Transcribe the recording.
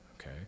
okay